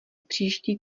příští